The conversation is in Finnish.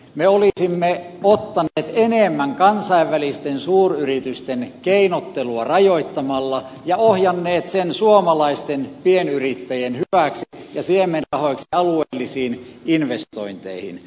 me olisimme ottaneet enemmän kansainvälisten suuryritysten keinottelua rajoittamalla ja ohjanneet sen suomalaisten pienyrittäjien hyväksi ja siemenrahoiksi alueellisiin investointeihin